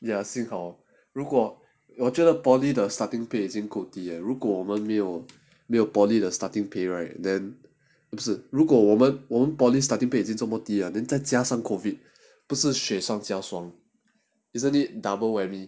ya 幸好如果我觉得 polytechnic the starting pay 已经够低 liao 如果我们没有没有 polytechnic the starting pay right then 如果我们我们 polytechnic starting pay 已经怎么低 liao then 再加上 COVID 不是雪上加霜 isn't it double already